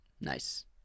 Nice